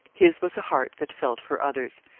his was a heart that felt for others,